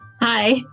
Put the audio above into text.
Hi